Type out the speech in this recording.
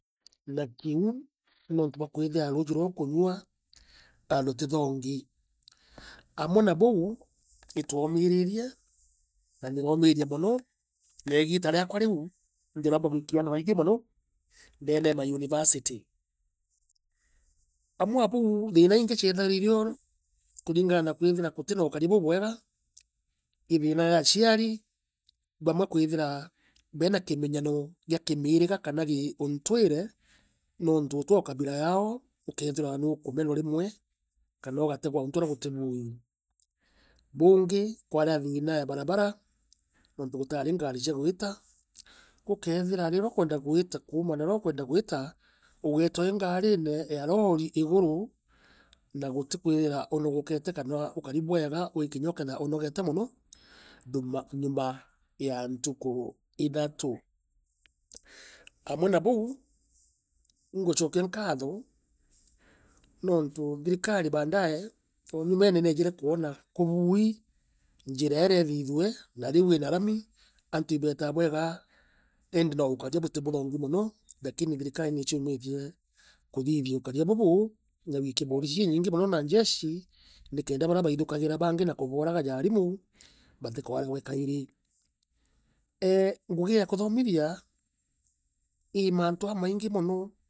Na kiuu nontu bwakwithira vuuji vuvia ukunywa rutithangi amwe na bou iturameseerie na ndiraamiria mono negita riakwe riu ndiraumba wikia aana baingi meno ndene e mauniversity. Amwe a bou tuitina iingi chiethaira ireo kuringana kwithirwakutina ukaria bubwega i thiina ya aciari bamwe kwithire beena kimenyaro kia kimiiriga kana giuntwire nontu utii o kabila yao ukeethirwa nuukumoriwa rimwe kana ugategwa ura gutibuui buungi kwavi a thiina o barabara nontu gutaari ngari cia gwita ukeethira rira ukwenda gwita kuuma narea ukwenda gwita ugeeta wi ngarine ua vori iguru na gutikwithira unogoketo kana ukari bwega wikinya ukeethira unogete mono nyuma ya ntuku ithatu amwe na bou inguchokia nkaatho nontu thirikari baadae nyumene niyeejire kwana kubaui njira iu ithitwe na riu ina vumi antu ibetaa bwega indi no ukaria butithongi mono lakini thirikari nichiumite kuthithia ukaria bubu na gwithia borichi iinyingi ne njeshi nikenda barea baithukagira bangi na kuboraga ja aarimu batikauvugwe kairiu eeh ngugi e kuthmithiaii mantu jamaingi mono.